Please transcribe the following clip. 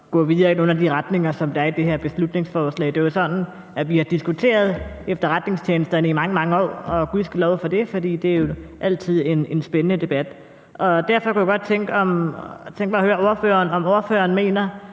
gå videre i nogle af de retninger, der er i det her beslutningsforslag. Det er jo sådan, at vi har diskuteret efterretningstjenesterne i mange, mange år – og gudskelov for det, for det er jo altid en spændende debat. Derfor kunne jeg godt tænke mig at høre ordføreren,